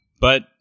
But-